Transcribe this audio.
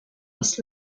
was